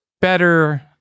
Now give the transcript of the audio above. better